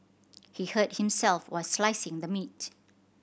he hurt himself while slicing the meat